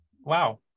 Wow